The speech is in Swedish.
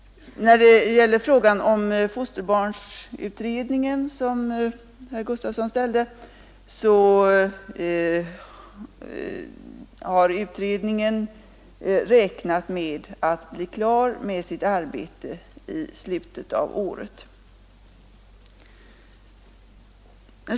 När det gäller frågan om fosterbarnsutred ningen som herr Gustavsson ställde vill jag nämna att utredningen räknat med att bli klar med sitt arbete i slutet av året.